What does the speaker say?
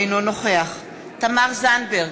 אינו נוכח תמר זנדברג,